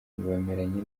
bameranye